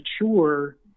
mature